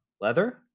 Leather